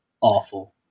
awful